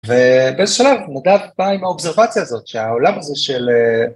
ובאיזה שהוא שלב נדב בא עם האובזרבציה הזאת שהעולם הזה של